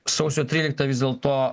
sausio tryliktą vis dėlto